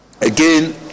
Again